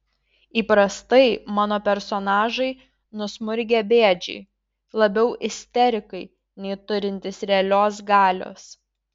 įprastai mano personažai nusmurgę bėdžiai labiau isterikai nei turintys realios galios